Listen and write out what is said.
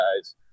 guys